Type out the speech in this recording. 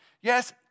yes